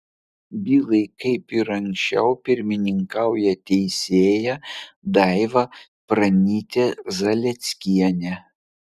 bylai kaip ir anksčiau pirmininkauja teisėja daiva pranytė zalieckienė